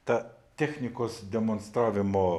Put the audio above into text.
ta technikos demonstravimo